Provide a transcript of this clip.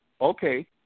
okay